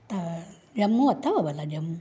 त जमूं अथव भला जमूं